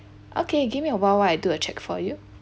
okay give me a while while I do a check for you